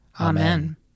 Amen